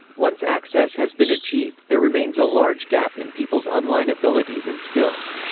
once access has been achieved, there remains a large gap in people's online abilities and skills.